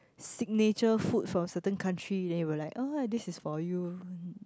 signature food from certain country then you were like ah this is for you